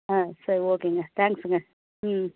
ஆ சரி ஓகேங்க தேங்க்ஸுங்க ம்